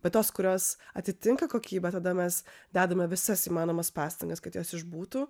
bet tos kurios atitinka kokybę tada mes dedame visas įmanomas pastangas kad jos išbūtų